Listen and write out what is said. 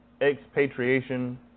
expatriation